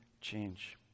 change